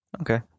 Okay